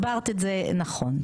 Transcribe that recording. הסברת את זה נכון,